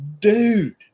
dude